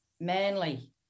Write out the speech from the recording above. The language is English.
Manly